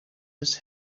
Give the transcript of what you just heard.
his